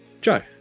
Joe